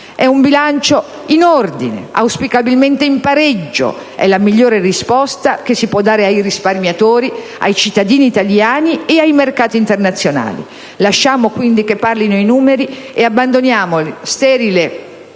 Un bilancio in ordine, auspicabilmente in pareggio, è la migliore risposta che si può dare ai risparmiatori, ai cittadini italiani e ai mercati internazionali. Lasciamo quindi che parlino i numeri ed abbandoniamo sterili